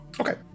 okay